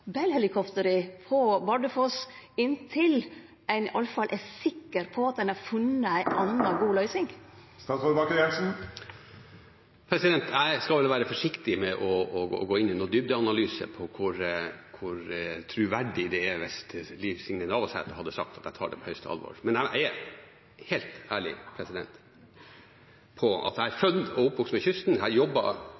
på Bardufoss inntil ein iallfall er sikker på at ein har funne ei anna god løysing? Jeg skal være forsiktig med å gå inn i noen dybdeanalyse om hvor troverdig det ville ha vært hvis Liv Signe Navarsete hadde sagt at hun tok det på høyeste alvor. Men jeg er helt ærlig